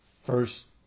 First